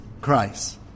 Christ